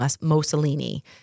Mussolini